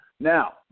Now